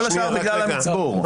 כל השאר בגלל המצבור.